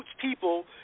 people